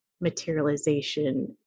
materialization